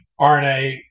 RNA